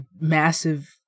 massive